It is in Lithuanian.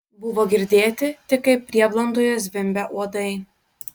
buvo girdėti tik kaip prieblandoje zvimbia uodai